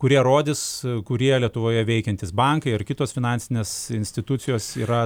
kurie rodys kurie lietuvoje veikiantys bankai ar kitos finansinės institucijos yra